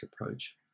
approach